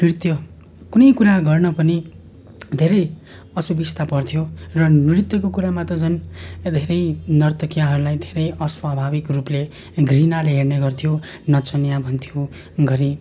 नृत्य कुनै कुरा गर्न पनि धेरै असुविस्ता पर्थ्यो र नृत्यको कुरामा त झन् धेरै नर्तकीहरूलाई धेरै अस्वाभाविक रूपले घृणाले हेर्ने गरिन्थ्यो नचनिया भनिन्थ्यो घरि